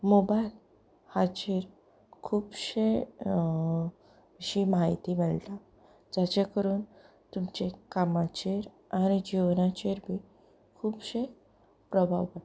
mobile हाचेर खुबशी अशी म्हायती मेळटा जाचे करून तुमच्या कामाचेर आनी जिवनाचेर बी खुबशे प्रभाव पडटा